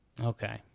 Okay